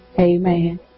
Amen